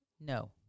No